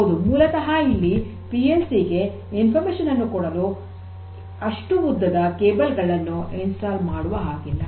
ಹೌದು ಮೂಲತಃ ಇಲ್ಲಿ ಪಿ ಎಲ್ ಸಿ ಗೆ ಮಾಹಿತಿಯನ್ನು ಕೊಡಲು ಅಷ್ಟು ಉದ್ದದ ಕೇಬಲ್ ಗಳನ್ನು ಸ್ಥಾಪನೆ ಮಾಡುವ ಆಗಿಲ್ಲ